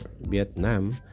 Vietnam